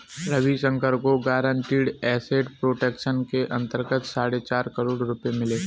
रविशंकर को guaranteed asset protection के अंतर्गत साढ़े चार करोड़ रुपये मिले